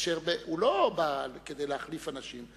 אשר לא בא כדי להחליף אנשים,